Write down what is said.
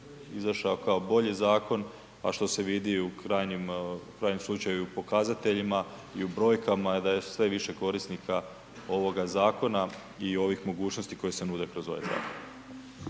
izašao kao bolji zakon a što se vidi i u krajnjem slučaju i pokazateljima i u brojkama da je sve više korisnika ovoga zakona i ovih mogućnosti koje se nude kroz ovaj zakon.